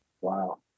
Wow